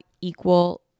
equal